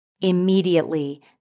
Immediately